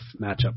matchup